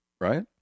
right